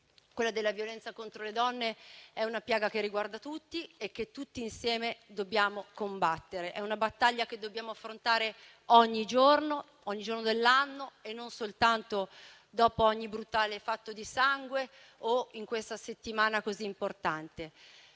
perché la violenza contro le donne è una piaga che riguarda tutti e che tutti insieme dobbiamo combattere. È una battaglia che dobbiamo affrontare ogni giorno dell'anno e non soltanto dopo ogni brutale fatto di sangue o in questa settimana così importante.